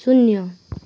शून्य